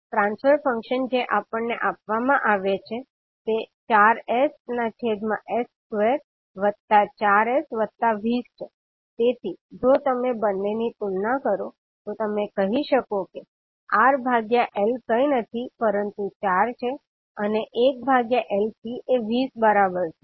transfer function જે આપણને આપવામાં આવે છે તે 4s ના છેદ માં s સ્ક્વેર વત્તા 4s વત્તા 20 છે તેથી જો તમે બંને ની તુલના કરો તો તમે કહી શકો કે R ભાગ્યા L કઈ નથી પરંતુ 4 છે અને 1LC એ 20 બરાબર છે